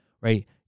right